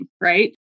right